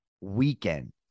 weekend